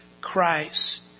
Christ